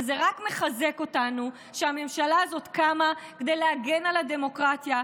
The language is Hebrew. וזה רק מחזק אותנו שהממשלה הזאת קמה כדי להגן על הדמוקרטיה,